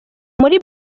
muri